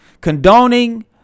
condoning